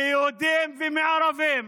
מיהודים ומערבים.